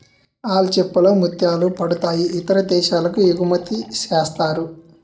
ఆల్చిచిప్పల్ లో ముత్యాలు పుడతాయి ఇతర దేశాలకి ఎగుమతిసేస్తారు